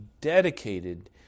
dedicated